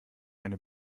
eine